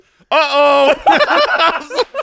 Uh-oh